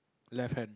left hand